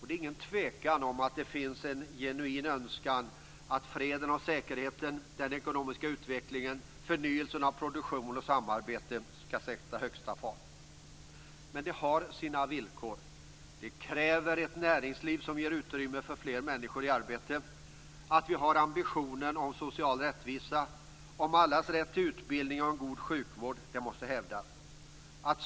Det är ingen tvekan om att det fanns en genuin önskan att freden och säkerheten, den ekonomiska utvecklingen och förnyelsen av produktion och samarbete skall sätta högsta fart. Men det har sina villkor. Detta kräver ett näringsliv som ger utrymme för fler människor i arbete och att vi har ambitionen om social rättvisa. Allas rätt till utbildning och god sjukvård måste hävdas.